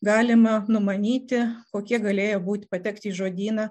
galima numanyti kokie galėjo būti patekti į žodyną